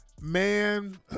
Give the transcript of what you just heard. Man